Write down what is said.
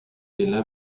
ella